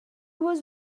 was